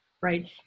right